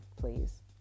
please